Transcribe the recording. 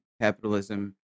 capitalism